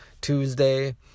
Tuesday